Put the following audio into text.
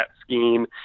scheme